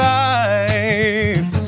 life